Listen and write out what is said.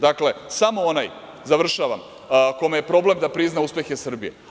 Dakle, samo onaj, završavam, kome je problem da prizna uspehe Srbije.